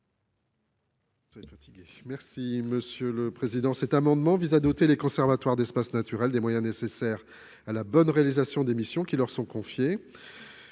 est à M. Hervé Gillé. Cet amendement vise à doter les conservatoires d'espaces naturels des moyens nécessaires à la bonne réalisation des missions qui leur sont confiées.